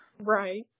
right